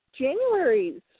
January's